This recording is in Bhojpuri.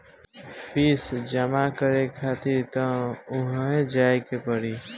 फ़ीस जमा करे खातिर तअ उहवे जाए के पड़ी